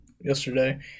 yesterday